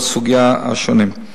על סוגיה השונים.